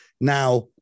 Now